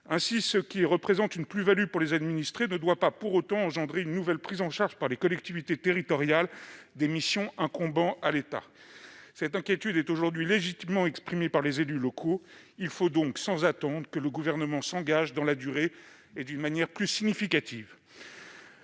Ainsi, ce qui représente une plus-value pour les administrés ne doit pas, pour autant, engendrer une nouvelle prise en charge par les collectivités territoriales des missions incombant à l'État. Cette inquiétude est aujourd'hui légitimement exprimée par les élus locaux : il faut donc, sans attendre, que le Gouvernement s'engage dans la durée et d'une manière plus significative.